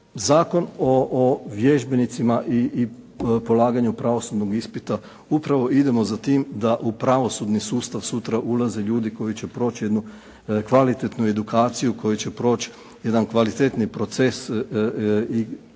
Zakon o vježbenicima i polaganju pravosudnog ispita upravo idemo za tim da u pravosudni sustav sutra ulaze ljudi koji će proći jednu kvalitetnu edukaciju, koji će proći jedan kvalitetniji proces i